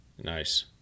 Nice